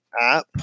app